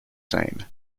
same